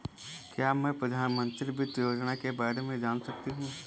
क्या मैं प्रधानमंत्री वित्त योजना के बारे में जान सकती हूँ?